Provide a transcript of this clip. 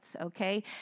okay